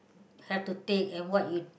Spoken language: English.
have to take and what you